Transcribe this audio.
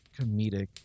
comedic